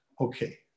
Okay